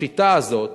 השיטה הזאת,